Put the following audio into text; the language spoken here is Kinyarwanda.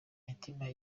mitima